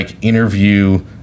interview